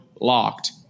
locked